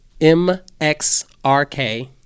mxrk